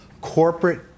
corporate